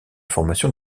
formation